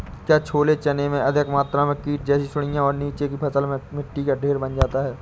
क्या छोले चने में अधिक मात्रा में कीट जैसी सुड़ियां और नीचे की फसल में मिट्टी का ढेर बन जाता है?